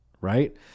right